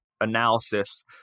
analysis